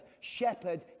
Shepherd